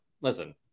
listen